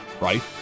right